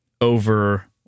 over